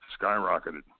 skyrocketed